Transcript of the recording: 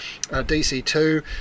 DC2